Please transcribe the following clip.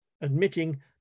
admitting